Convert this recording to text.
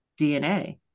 DNA